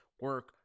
Work